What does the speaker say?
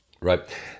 Right